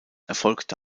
erfolgte